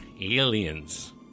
Aliens